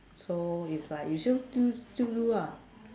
so it's like you still do still do lah